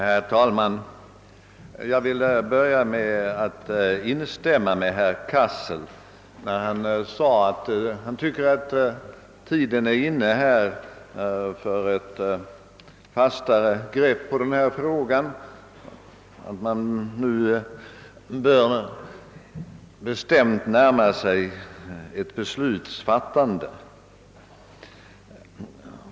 Herr talman! Jag vill börja med att instämma med herr Cassel när denne sade att han tycker att tiden är inne för ett fastare grepp på denna fråga och att man nu bestämt bör närma sig fattandet av ett beslut.